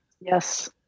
Yes